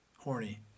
horny